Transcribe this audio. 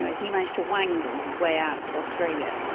ah he managed to wangle his way out to australia.